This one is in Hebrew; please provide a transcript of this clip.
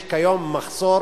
יש כיום מחסור